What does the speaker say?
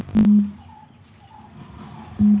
तू कही भी जइब त देखब कि बहुते कम लोग सनई के खेती करेले